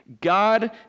God